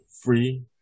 Free